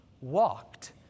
walked